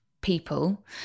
people